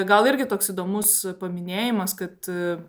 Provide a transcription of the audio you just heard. gal irgi toks įdomus paminėjimas kad